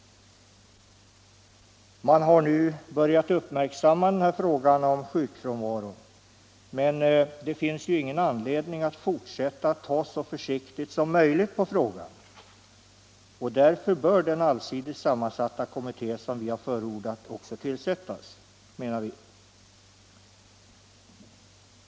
Man har nu börjat uppmärksamma frågan om sjukfrånvaron. Men det finns ingen anledning att fortsätta att ta så försiktigt som möjligt på frågan. Därför bör den allsidigt sammansatta kommitté som vi förordat också tillsättas.